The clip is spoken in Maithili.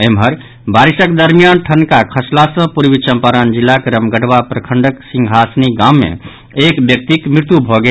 एम्हर बारिशक दरमियान ठनका खसला सँ प्रर्वी चंपारण जिलाक रामगढ़वा प्रखंडक सिंहासिनी गाम मे एक व्यक्तिक मृत्यु भऽ गेल